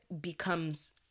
becomes